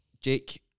Jake